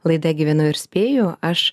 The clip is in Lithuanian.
laida gyvenu ir spėju aš